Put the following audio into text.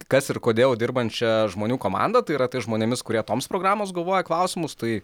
kas ir kodėl dirbančia žmonių komanda tai yra tais žmonėmis kurie toms programoms galvoja klausimus tai